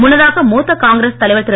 முன்னதாக மூத்த காங்கிரஸ் தலைவர் திரு